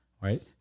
right